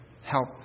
Help